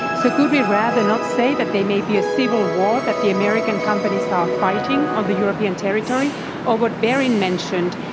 so, could we rather not say that there may be a civil war that the american companies are fighting on the european territory or what berin mentioned,